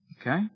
okay